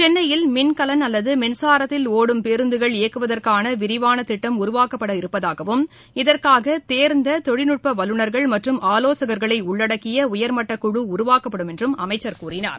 சென்னையில் மின்கலன் அல்லது மின்சாரத்தில் ஒடும் பேருந்துகள் இயக்குவதற்கான விரிவானத் திட்டம் உருவாக்கப்பட இருப்பதாகவும் இதற்காக தேர்ந்த தொழில்நுட்ப வல்லுநர்கள் மற்றும் ஆலோசகர்களை உள்ளடக்கிய உயர்மட்டக்குழு உருவாக்கப்படும் என்றும் அவர் கூறினார்